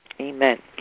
Amen